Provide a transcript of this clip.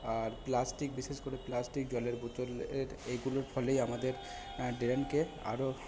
আর plastic বিশেষ করে plastic জলের বোতলের এইগুলোর ফলেই আমাদের ড্রেনকে আরও